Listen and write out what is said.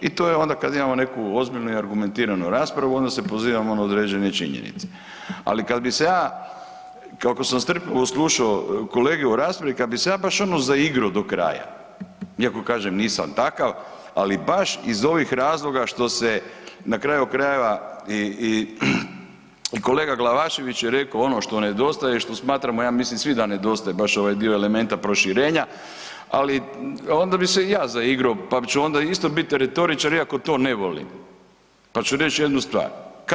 I to je onda kad imamo neku ozbiljnu i argumentiranu raspravu onda se pozivamo na određene činjenice, ali kad bi se ja koliko sam strpljivo slušao kolege u raspravi kad bi se baš ja ono zaigrao do kraja, iako kažem nisam takav, ali baš iz ovih razloga što se na kraju krajeva i kolega Glavašević je rekao ono što nedostaje i što smatramo ja mislim svi da nedostaje baš ovaj dio elementa proširenja, ali onda bi se i ja zaigrao pa ću onda isto bit retoričar iako to ne volim pa ću reći jednu stvar.